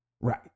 Right